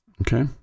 Okay